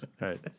Right